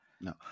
No